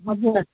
हजुर